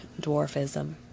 dwarfism